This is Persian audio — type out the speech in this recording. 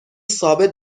ثابت